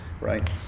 right